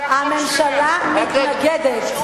הממשלה מתנגדת.